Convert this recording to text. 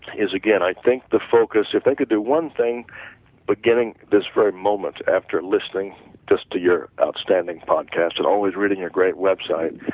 is again i think the focus if they could do one thing by but getting this very moment after listening just to your outstanding podcast and always reading your great website,